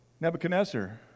Nebuchadnezzar